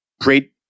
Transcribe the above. great